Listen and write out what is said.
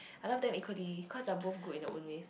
I love them include the cause they're both good in their own ways